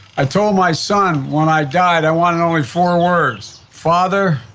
i told my son when i died, i wanted only four words. father,